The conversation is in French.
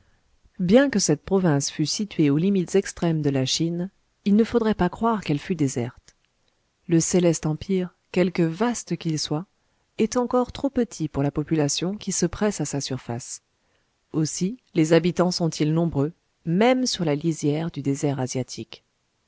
bien que cette province fût située aux limites extrêmes de la chine il ne faudrait pas croire qu'elle fût déserte le céleste empire quelque vaste qu'il soit est encore trop petit pour la population qui se presse à sa surface aussi les habitants sontils nombreux même sur la lisière du désert asiatique